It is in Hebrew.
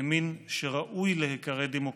ימין שראוי להיקרא דמוקרטי,